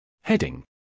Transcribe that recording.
Heading